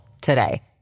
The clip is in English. today